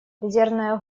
резервная